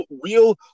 real